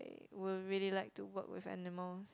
I will really like to work with animals